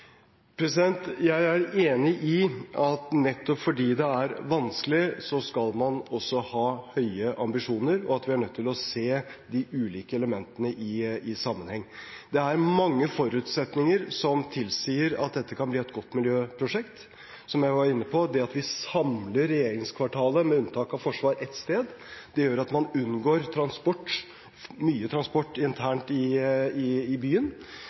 Jeg er enig i at nettopp fordi det er vanskelig, skal man også ha høye ambisjoner, og at vi er nødt til å se de ulike elementene i sammenheng. Det er mange forutsetninger som tilsier at dette kan bli et godt miljøprosjekt, som jeg var inne på. Det at vi samler regjeringskvartalet, med unntak av forsvar, på ett sted, gjør at man unngår mye transport internt i